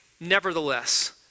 Nevertheless